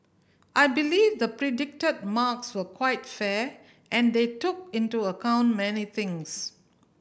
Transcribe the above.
I believe the predicted marks were quite fair and they took into account many things